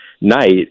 night